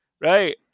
right